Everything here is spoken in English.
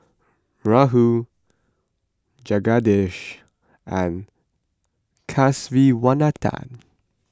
Rahul Jagadish and Kasiviswanathan